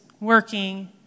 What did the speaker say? working